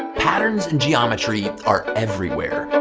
patterns and geometry are everywhere. and